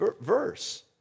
verse